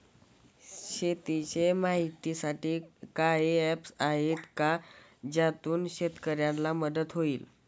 शेतीचे माहितीसाठी काही ऍप्स आहेत का ज्यातून शेतकऱ्यांना मदत होईल?